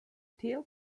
tail